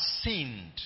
sinned